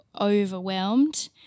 overwhelmed